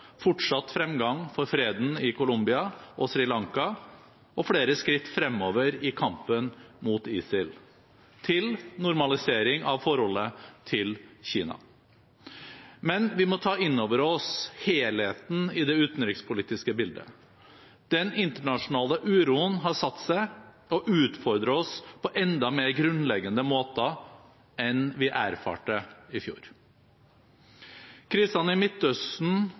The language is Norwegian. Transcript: fortsatt fremgang for freden i Colombia og Sri Lanka og flere skritt fremover i kampen mot ISIL, til normalisering av forholdet til Kina. Men vi må ta inn over oss helheten i det utenrikspolitiske bildet. Den internasjonale uroen har satt seg og utfordrer oss på enda mer grunnleggende måter enn vi erfarte i fjor. Krisene i Midtøsten